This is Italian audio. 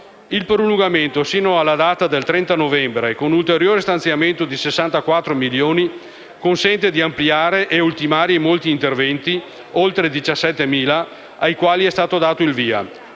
Il prolungamento sino alla data del 30 novembre, con l'ulteriore stanziamento di 64 milioni di euro, consente di ampliare ed ultimare i molti interventi (oltre 17.000) ai quali è stato dato il via,